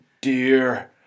dear